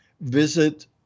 visit